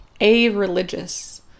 a-religious